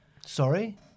Sorry